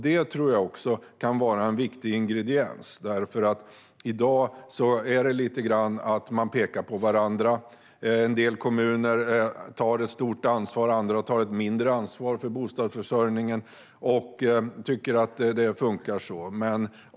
Jag tror att detta kan vara en viktig ingrediens, för i dag pekar man på varandra. En del kommuner tar ett stort ansvar för bostadsförsörjningen, medan andra tar ett mindre och tycker att det funkar så.